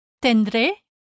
tendré